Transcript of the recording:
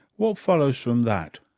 what follows from that?